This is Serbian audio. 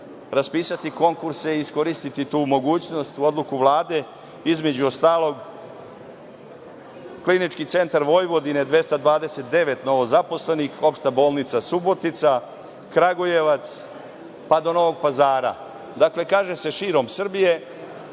raspisati konkurse i iskoristiti tu mogućnost, odluku Vlade, između ostalog Klinički centar Vojvodine 229 novozaposlenih, Opšta bolnica Subotica, Kragujevac, pa do Novog Pazara. Dakle, kaže se širom Srbije,